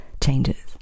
changes